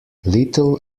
little